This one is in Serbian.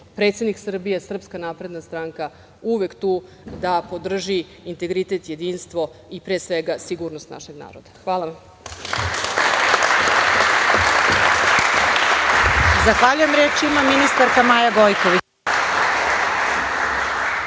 predsednik Srbije, SNS uvek tu da podrži integritet, jedinstvo i pre svega sigurnost našeg naroda. Hvala